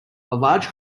large